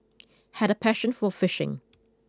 had a passion for fishing